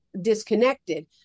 disconnected